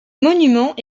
monument